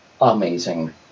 amazing